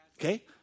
Okay